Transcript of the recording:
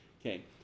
Okay